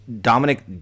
Dominic